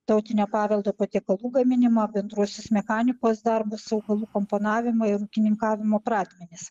tautinio paveldo patiekalų gaminimą bendruosius mechanikos darbus augalų komponavimą ir ūkininkavimo pradmenis